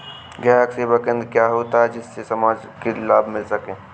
ग्राहक सेवा केंद्र क्या होता है जिससे समाज में लाभ मिल सके?